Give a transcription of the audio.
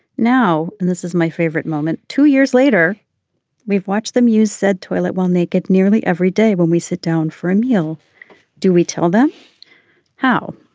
now and this is my favorite moment. two years later we've watched them use said toilet while naked nearly every day when we sit down for a meal do we tell them how